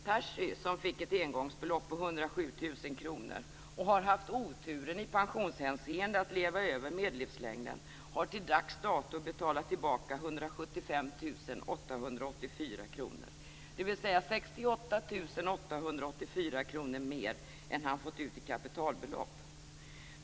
Percy som fick ett engångsbelopp på 107 000 kr och har haft oturen i pensionshänseende att leva över medellivslängden har till dags dato betalat tillbaka 175 884 kr, dvs. 68 884 kr mer än han fått ut i kapitalbelopp.